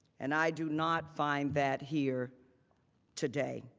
and i do not find that here today.